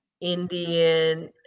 Indian